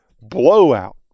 blowout